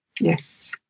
Yes